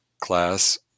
class